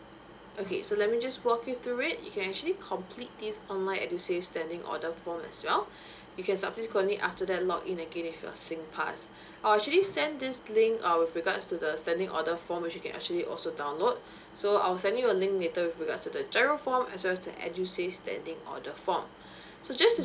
okay so let me just walking through it you can actually complete this online edusave standing order form as well because subsequently after that log in again with your singpass I'll actually send this link uh with regards to the standing order form which you can actually also download so I'll send you a link later with regards to the G_I_R_O form as well as the edusave standing order form so just